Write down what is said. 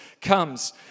comes